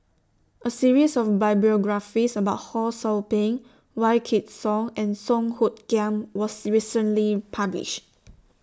A series of biographies about Ho SOU Ping Wykidd Song and Song Hoot Kiam was recently published